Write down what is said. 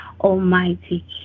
Almighty